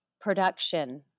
production